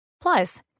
Plus